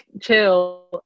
chill